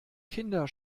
kinder